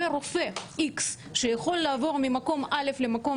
ורופא איקס יכול לעבור ממקום א' למקום